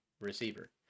receiver